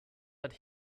but